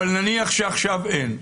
אבל נניח שעכשיו אין.